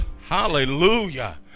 hallelujah